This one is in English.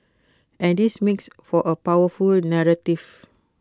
and this makes for A powerful narrative